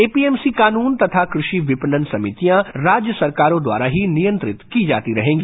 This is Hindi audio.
एपीएमसी कानून तथा कृषि विपणन सीमितयां राज्य सरकारों द्वारा ही नियंत्रित की जाती रहेंगी